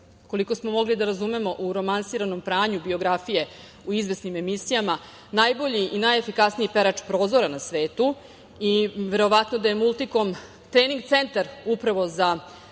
koliko smo mogli da razumemo, u romansiranom pranju biografije u izvesnim emisijama najbolji i najefikasniji perač prozora na svetu i verovatno da je „Multikom“ trening centar upravo za